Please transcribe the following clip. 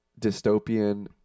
dystopian